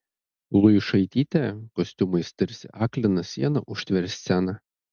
luišaitytė kostiumais tarsi aklina siena užtveria sceną